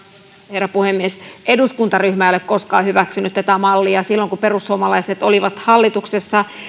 herra puhemies eduskuntaryhmä ei ole koskaan hyväksynyt tätä mallia silloin kun perussuomalaiset olivat hallituksessa